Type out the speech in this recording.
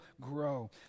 grow